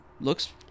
Looks